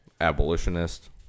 abolitionist